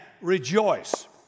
rejoice